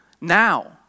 Now